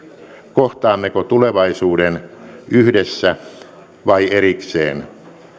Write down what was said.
kohtaammeko tulevaisuuden yhdessä vai erikseen